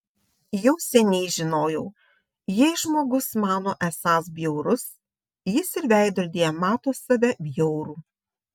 jau seniai žinojau jei žmogus mano esąs bjaurus jis ir veidrodyje mato save bjaurų